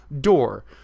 door